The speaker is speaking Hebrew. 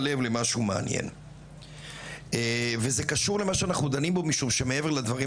לב למשהו מעניין וזה קשור למה שאנחנו דנים בו משהו שמעבר לדברים